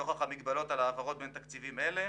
לרבות מגבלות על העברות בין תקציבים אלה.